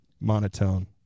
monotone